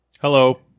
Hello